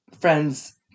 Friends